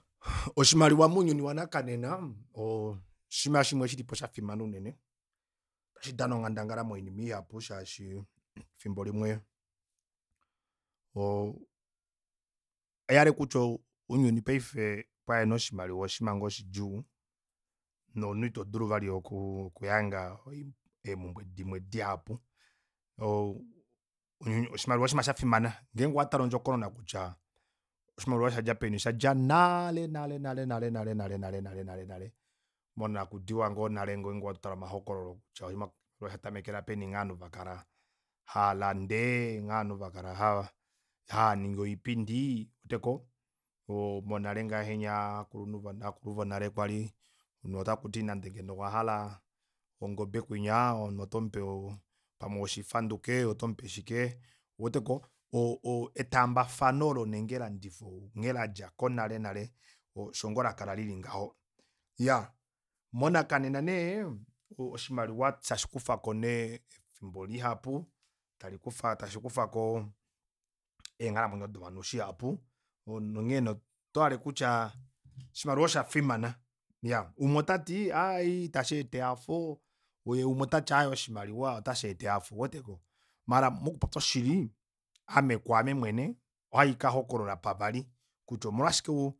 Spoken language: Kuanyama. Oshimaliwa mounyuni wanakanena oshinima shimwe shilipo shafimana unene ota shidana onghandangala moinima ihapu shaashi efimbo limwe oo ohaihale kutya ounyuni paife uhena oshimaliwa oshinima ngoo shidjuu nomunhu ito dulu vali okuhanga eemumbwe dimwe dihapu oo oshimaliwa oshinima shafimana ngeenge owatale ondjokonona kutya oshimaliwa shadja peni oshadja naale nale nale nale nale nale monakudiwa ngoo ngeenge hatu tale omahokololo kutya oshimaliwa osha tamekela peni nghee ovanhu vakala haalande nghee ovanhu vakala haaningi oipindi ouweteko monale ngahenya ovakulunhu ovakuluvonale kwali omunhu otakuti nande owahala ongobe kuya omunhu otomupe nande oshihaduku ouweteko o- o- etaambafano olo nenge elandifo nghee ladja konale nale osho ngoo lakala lili ngaho iyaa monakanena nee oshimaliwa tashikufako nee efimbo lihapu shikufa talikufako eenghalamwenyo dovanhu shihapu nonghee nee oto hale kutya oshimaliwa oshafimana iya umwe otati aaye ita sheeta ehafo yee umwe otati oshimaliwa ota sheeta ehafo ouweteko maala moku popya oshili ame kwaame mwene ohaikahokolola pavali kutya omolwashike